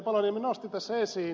paloniemi nosti tässä esiin